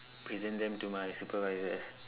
present them to my supervisors